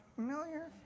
Familiar